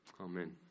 Amen